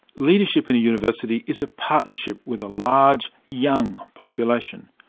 leadership in a university is a partnership with a large, young population.